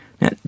Now